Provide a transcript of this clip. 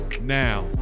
Now